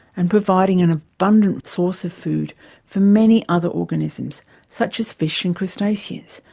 and providing an abundant source of food for many other organisms such as fish and crustaceans.